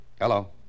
Hello